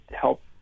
help